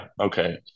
okay